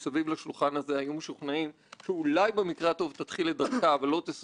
הרבה התלבטות וגם הרבה ויכוחים בניסוח של הדברים שכתובים בדוח.